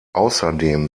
außerdem